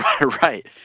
Right